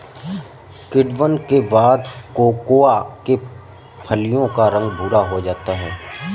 किण्वन के बाद कोकोआ के फलियों का रंग भुरा हो जाता है